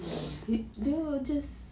dia just